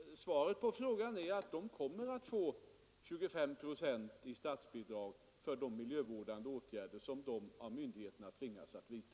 Herr talman! Svaret på frågan är att företaget kommer att få 25 procent i statsbidrag för de miljövårdande åtgärder som företaget av myndigheterna tvingas att vidta.